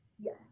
Yes